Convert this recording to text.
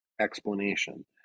explanation